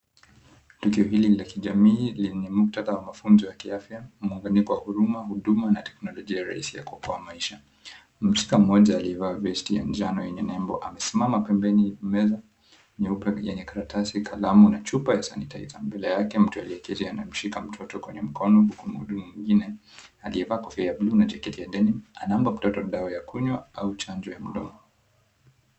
Tukio hili la kijamii lenye muktadha wa kijamii mafunzo ya kiafya mwangani kwa huruma huduma na teknolojia rahisi ya kuokoa maisha. Mhusika mmoja aliyevaa vesti ya njano yenye nembo amesimama pembeni ya meza nyeupe yenye karatasi, kalamu na chupa ya sanitaiza. Mbele yake mtu aliyeketi amemshika mtoto kwenye mkono huku mhudumu mwingine aliyevaa kofia ya buluu na jaketi ya denim anampa mtoto dawa ya kunywa au chanjo ya mdomo.